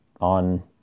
on